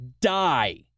die